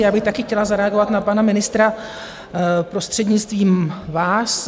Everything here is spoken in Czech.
Já bych také chtěla zareagovat na pana ministra, prostřednictvím vás.